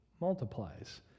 multiplies